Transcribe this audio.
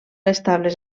estables